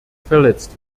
verletzt